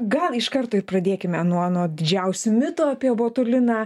gal iš karto ir pradėkime nuo nuo didžiausių mitų apie botuliną